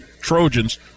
Trojans